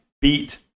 beat